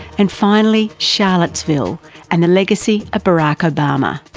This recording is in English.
and finally charlottesville and the legacy of barack obama.